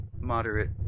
moderate